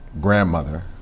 grandmother